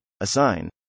assign